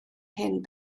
hyn